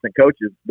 coaches